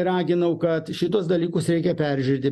raginau kad šituos dalykus reikia peržiūrėti